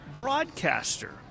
broadcaster